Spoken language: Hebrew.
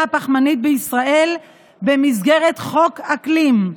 הפחמנית בישראל במסגרת חוק אקלים".